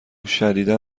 شدیدا